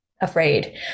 afraid